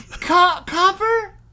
Copper